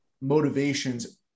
motivations